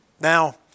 Now